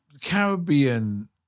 Caribbean